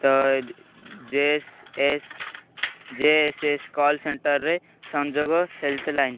ତ J S S call ସେଣ୍ଟର୍ରେ ସଂଯୋଗ ହେଲ୍ଥ ଲାଇନ୍